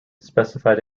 specified